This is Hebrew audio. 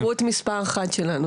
זו ההתמכרות מספר אחת שלנו.